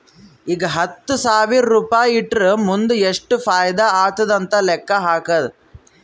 ಈಗ ಹತ್ತ್ ಸಾವಿರ್ ರುಪಾಯಿ ಇಟ್ಟುರ್ ಮುಂದ್ ಎಷ್ಟ ಫೈದಾ ಆತ್ತುದ್ ಅಂತ್ ಲೆಕ್ಕಾ ಹಾಕ್ಕಾದ್